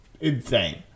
insane